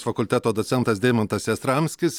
fakulteto docentas deimantas jastramskis